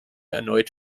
erneut